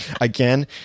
Again